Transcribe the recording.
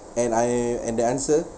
and I and the answer